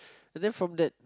and then from that